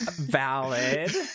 Valid